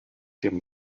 dem